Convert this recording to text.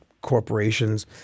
corporations